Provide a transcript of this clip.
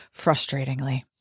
frustratingly